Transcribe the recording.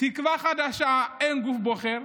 תקווה חדשה, אין גוף בוחר,